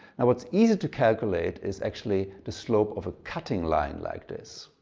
and what's easy to calculate is actually the slope of a cutting line like this.